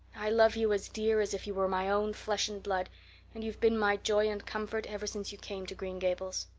i love you as dear as if you were my own flesh and blood and you've been my joy and comfort ever since you came to green gables.